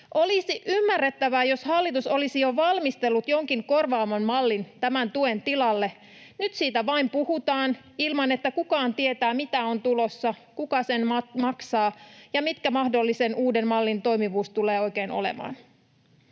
Olisi ymmärrettävää, jos hallitus olisi jo valmistellut jonkin korvaavan mallin tämän tuen tilalle. Nyt siitä vain puhutaan ilman, että kukaan tietää, mitä on tulossa, kuka sen maksaa ja mikä mahdollisen uuden mallin toimivuus tulee oikein olemaan.